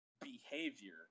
behavior